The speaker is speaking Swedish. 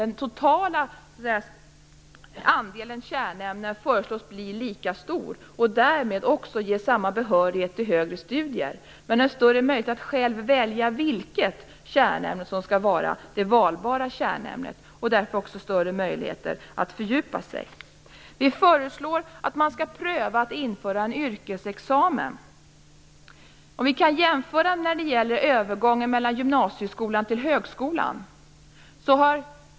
Den totala andelen kärnämnen föreslås bli lika stor och därmed också ge samma behörighet till högre studier, men en större möjlighet att själv välja vilket kärnämne som skall vara det valbara kärnämnet och därför också större möjlighet att fördjupa sig. Vi föreslår att man skall pröva att införa en yrkesexamen. Vi kan jämföra med övergången från gymnasieskolan till högskolan.